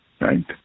Right